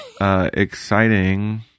exciting